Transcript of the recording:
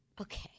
Okay